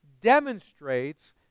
demonstrates